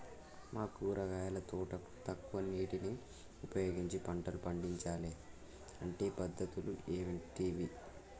మా కూరగాయల తోటకు తక్కువ నీటిని ఉపయోగించి పంటలు పండించాలే అంటే పద్ధతులు ఏంటివి?